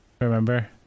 Remember